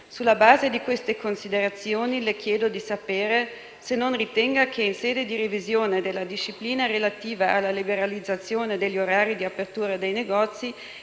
Sulla base di queste considerazioni, le chiedo di sapere se non ritenga che, in sede di revisione della disciplina relativa alla liberalizzazione degli orari di apertura dei negozi,